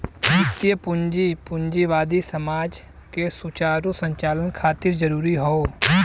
वित्तीय बाजार पूंजीवादी समाज के सुचारू संचालन खातिर जरूरी हौ